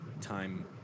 time